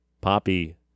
Poppy